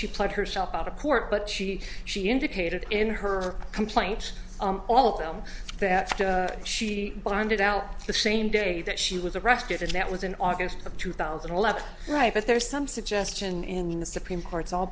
she pled herself out of court but she she indicated in her complaint all of them that she bonded out the same day that she was arrested and that was in august of two thousand and eleven right but there's some suggestion in the supreme court's al